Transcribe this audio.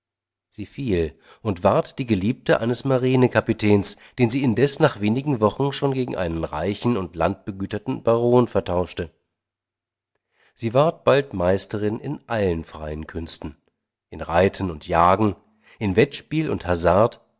sie fiel und ward die geliebte eines marine kapitäns den sie indes nach wenigen wochen schon gegen einen reichen und landbegüterten baron vertauschte sie ward bald meisterin in allen freien künsten in reiten und jagen in wettspiel und